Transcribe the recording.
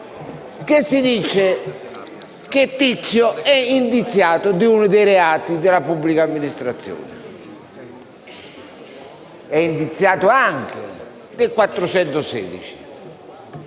cui si dice che tizio è indiziato di uno dei reati verso la pubblica amministrazione ed è indiziato anche per il 416?